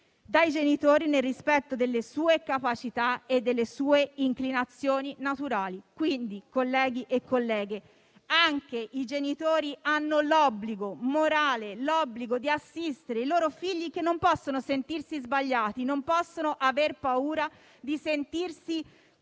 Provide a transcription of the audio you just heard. dai genitori, nel rispetto delle sue capacità, delle sue inclinazioni naturali e delle sue aspirazioni». Colleghi e colleghe, anche i genitori hanno l'obbligo morale di assistere i loro figli, che non possono sentirsi sbagliati, non possono aver paura di sentirsi